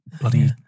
bloody